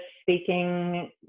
speaking